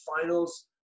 finals